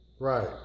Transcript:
Right